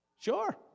Sure